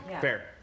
Fair